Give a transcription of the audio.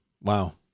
Wow